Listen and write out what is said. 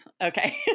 Okay